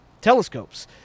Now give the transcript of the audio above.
telescopes